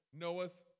knoweth